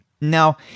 Now